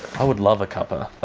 i would love a cuppa,